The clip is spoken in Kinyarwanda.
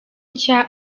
nshya